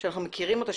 שאנחנו מכירים אותה,